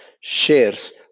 shares